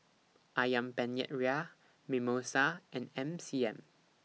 Ayam Penyet Ria Mimosa and M C M